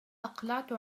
أقلعت